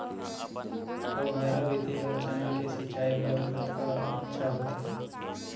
फव्वारा विधि ह चना के सिंचाई बर कतका अच्छा होथे?